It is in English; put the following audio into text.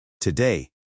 Today